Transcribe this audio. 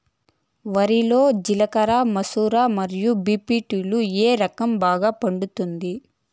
వరి లో జిలకర మసూర మరియు బీ.పీ.టీ లు ఏ రకం బాగా పండుతుంది